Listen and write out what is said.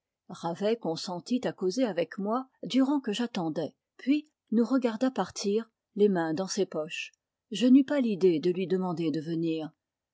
ravet consentit à causer avec moi durant que j'attendais puis nous regarda partir les mains dans ses poches je n'eus pas l'idée de lui demander de venir